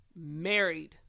married